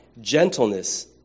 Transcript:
gentleness